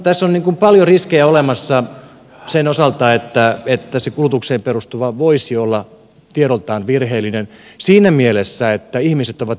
tässä on paljon riskejä olemassa sen osalta että se kulutukseen perustuva voisi olla tiedoiltaan virheellinen siinä mielessä että ihmiset ovat erilaisia